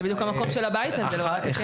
זה בדיוק המקום של הבית הזה לבוא ולתקן את זה.